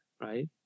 right